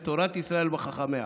לתורת ישראל וחכמיה,